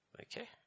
Okay